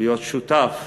להיות שותף